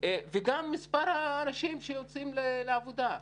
וגם מספר האנשים שיוצאים לעבודה.